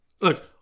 Look